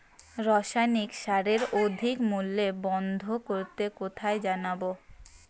রাসায়নিক সারের অধিক মূল্য বন্ধ করতে কোথায় জানাবো?